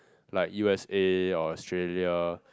like U_S_A or Australia